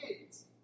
kids